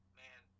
man